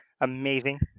Amazing